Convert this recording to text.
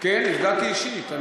נפגעת אישית?